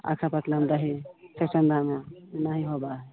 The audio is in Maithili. दही नहि होबऽ हइ